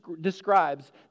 describes